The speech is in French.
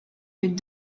les